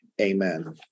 Amen